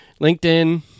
LinkedIn